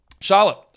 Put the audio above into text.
Charlotte